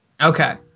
Okay